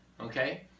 Okay